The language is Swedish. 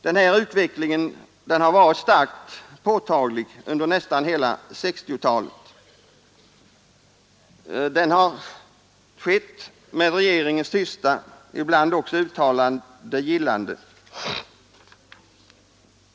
Den här utvecklingen har varit starkt påtaglig under nästan hela 1960-talet. Den har skett med regeringens tysta — ibland också uttalade — gillande.